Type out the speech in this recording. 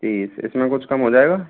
तीस इसमें कुछ कम हो जाएगा